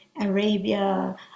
Arabia